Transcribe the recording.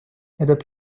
этот